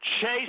Chase